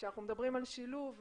כשאנחנו מבדברים על שילוב,